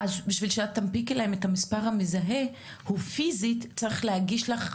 אז בשביל שאת תנפיקי להם את המספר המזוהה הוא פיזית צריך להגיש לך,